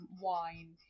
wine